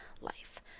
life